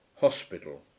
Hospital